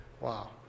Wow